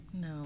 No